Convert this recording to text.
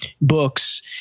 books